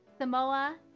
Samoa